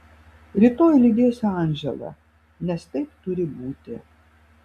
rytoj lydėsiu andželą nes taip turi būti